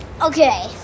Okay